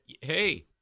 Hey